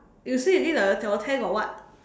you say again your your tent got what